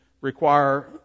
require